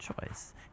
choice